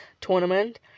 tournament